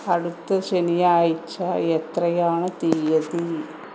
അടുത്ത ശനിയാഴ്ച എത്രയാണ് തീയതി